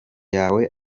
yawe